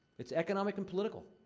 it's economic and political.